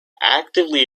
actively